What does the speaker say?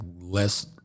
less